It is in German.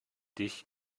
dich